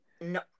No